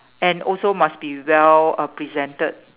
and also must be well uh presented